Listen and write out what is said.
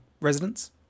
residents